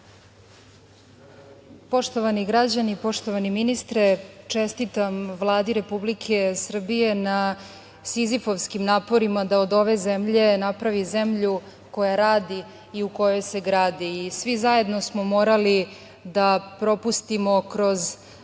Poštovani građani, poštovani ministre, čestitam Vladi Republike Srbije na Sizifovskim naporima da od ove zemlje napravi zemlju koja radi i u kojoj se gradi. Svi zajedno smo morali da propustimo kroz